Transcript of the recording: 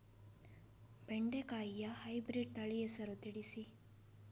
ಬೆಂಡೆಕಾಯಿಯ ಹೈಬ್ರಿಡ್ ತಳಿ ಹೆಸರು ತಿಳಿಸಿ?